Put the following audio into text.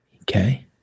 Okay